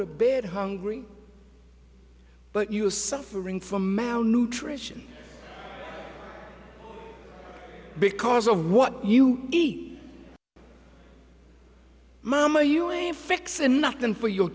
to bed hungry but you are suffering from malnutrition because of what you eat mom are you in a fix and nothing for your